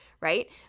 right